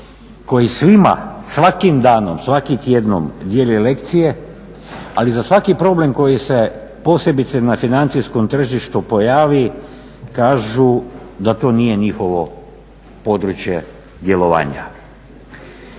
koji svima svakim danom, svakim tjednom dijeli lekcije. Ali za svaki problem koji se posebice na financijskom tržištu pojavi kažu da to nije njihovo područje djelovanja.